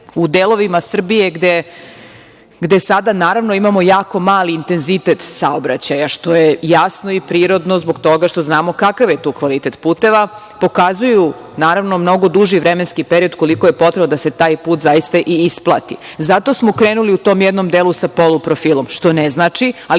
u delovima Srbije, gde sada naravno imamo jako mali intenzitet saobraćaja, što je jasno i prirodno zbog toga što znamo kakav je to kvalitet puteva, pokazuju naravno mnogo duži vremenski period koliko je potrebno da se taj put zaista i isplati. Zato smo krenuli u tom jednom delu sa poluprofilom, što ne znači, ali